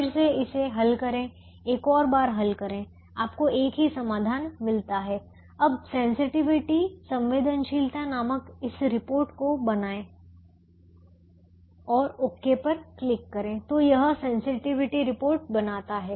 फिर से इसे हल करें एक और बार हल करें आपको एक ही समाधान मिलता है अब सेंसटिविटी संवेदनशीलता नामक इस रिपोर्ट को बनाएं और ओके क्लिक करें तो यह सेंसटिविटी रिपोर्ट बनाता है